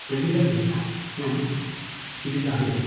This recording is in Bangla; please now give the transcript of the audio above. বলছিলাম যে তুই কিছুদিন আগে